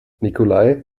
nikolai